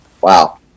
wow